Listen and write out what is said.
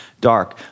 dark